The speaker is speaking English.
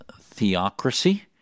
theocracy